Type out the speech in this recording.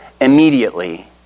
immediately